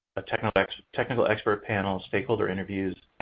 a technical expert technical expert panel, stakeholder interviews.